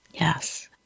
Yes